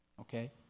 okay